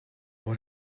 what